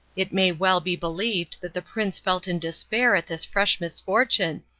it may well be believed that the prince felt in despair at this fresh misfortune,